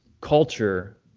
culture